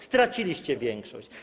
Straciliście większość.